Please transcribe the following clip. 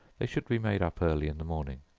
they should be made up early in the morning.